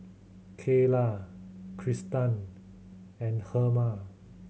Cayla Kristan and Herma